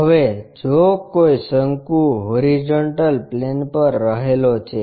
હવે જો કોઈ શંકુ હોરીઝોન્ટલ પ્લેન પર રહેલો છે